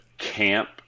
Camp